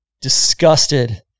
disgusted